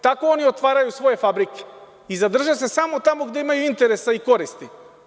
Tako oni otvaraju svoje fabrike i zadrže se samo tamo gde imaju interesa i koristi.